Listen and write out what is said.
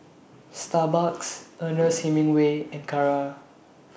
Starbucks Ernest Hemingway and Kara